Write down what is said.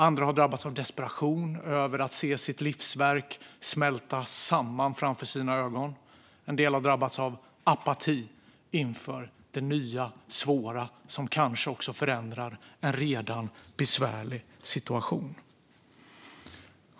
Andra har drabbats av desperation över att se sitt livsverk smälta samman framför sina ögon. En del har drabbats av apati inför det nya, svåra som kanske också förändrar en redan besvärlig situation.